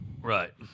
Right